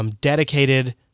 Dedicated